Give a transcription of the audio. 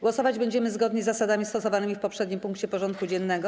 Głosować będziemy zgodnie z zasadami stosowanymi w poprzednim punkcie porządku dziennego.